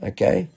Okay